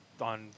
on